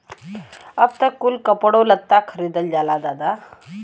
अब त कुल कपड़ो लत्ता खरीदल जाला दादा